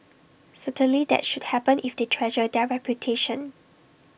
certainly that should happen if they treasure their reputation